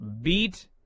beat